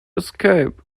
escape